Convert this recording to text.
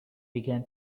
began